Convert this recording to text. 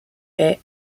est